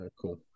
Cool